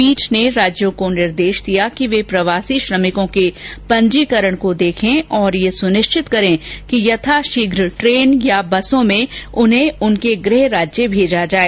पीठ ने राज्यों को निर्देश दिया कि वे प्रवासी श्रमिकों के पंजीकरण को देखें और यह सुनिश्चित करें कि यथाशीघ ट्रेन या बसों में उन्हें उनके गृह राज्य भेजा जाए